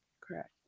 Correct